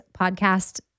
podcast